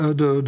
de